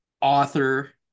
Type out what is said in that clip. author